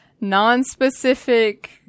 non-specific